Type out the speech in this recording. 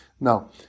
Now